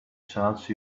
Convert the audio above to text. charge